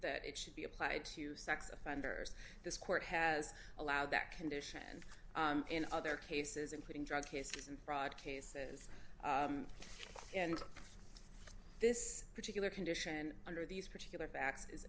that it should be applied to sex offenders this court has allowed that condition in other cases including drug cases and fraud cases and this particular condition under these particular fa